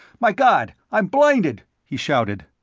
my god, i'm blinded, he shouted.